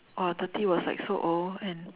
!wah! thirty was like so old and